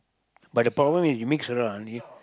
but the problem is you mix around you